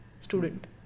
student